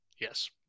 yes